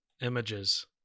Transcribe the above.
images